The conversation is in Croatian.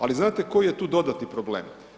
Ali znate koji je tu dodatni problem?